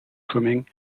swimming